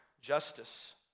Justice